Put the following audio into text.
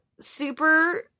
super